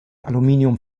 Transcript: aluminium